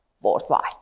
worldwide